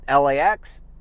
LAX